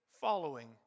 following